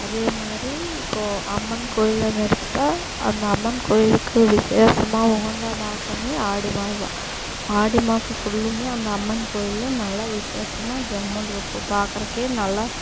அதே மாதிரி இப்போ அம்மன் கோயிலுன்னு எடுத்துகிட்டா அந்த அம்மன் கோயிலுக்கு விசேஷமாக உகந்த மாதமே ஆடி மாதம் ஆடி மாதம் ஃபுல்லுமே அந்த அம்மன் கோயில் நல்ல விசேஷமாக ஜம்முன்னுருக்கும் பார்க்கறக்கே நல்லா